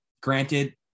granted